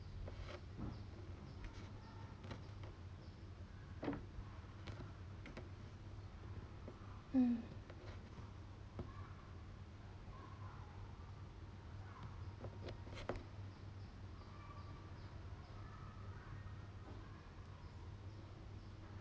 um